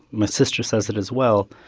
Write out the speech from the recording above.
my sister says it as well,